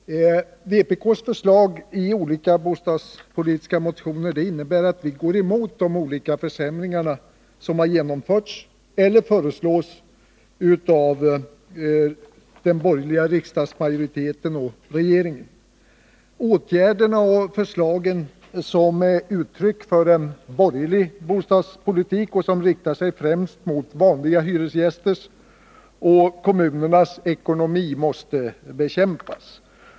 Vpk:s förslag i olika bostadspolitiska motioner innebär att vi går emot de olika försämringar som genomförts eller som föreslås av den borgerliga riksdagsmajoriteten och regeringen. Åtgärderna och förslagen, som ger uttryck för en borgerlig bostadspolitik och som riktar sig främst mot vanliga hyresgästers och kommunernas ekonomi, måste bekämpas.